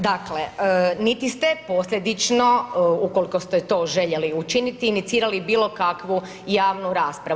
Dakle, niti ste posljedično ukoliko ste to željeli učiniti, inicirali bilokakvu javnu raspravu.